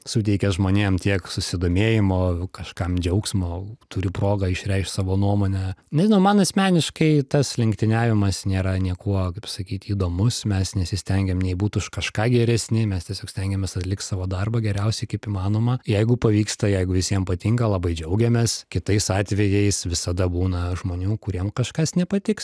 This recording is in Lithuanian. suteikia žmonėm tiek susidomėjimo kažkam džiaugsmo turi progą išreikšt savo nuomonę nežinau man asmeniškai tas lenktyniavimas nėra niekuo kaip sakyt įdomus mes nesistengiam nei būt už kažką geresni mes tiesiog stengiamės atlikt savo darbą geriausiai kaip įmanoma jeigu pavyksta jeigu visiem patinka labai džiaugiamės kitais atvejais visada būna žmonių kuriem kažkas nepatiks